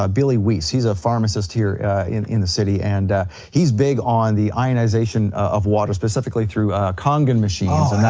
ah billy wease, he's a pharmacist here in in the city and he's big on the ionization of water, specifically through kangen machines oh yeah,